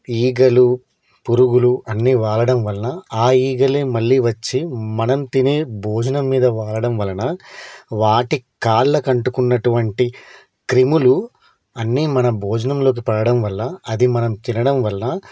ఈగలు పురుగులు అన్నీ వాలడం వలన ఆ ఈగలు మళ్ళీ వచ్చి మనం తినే భోజనం మీద వాలడం వలన వాటి కాళ్ళకు అంటుకున్నటువంటి క్రిములు అన్నీ మన భోజనంలోకి పడడం వల్ల అది మనం తినడం వల్ల